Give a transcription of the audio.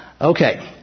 Okay